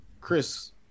chris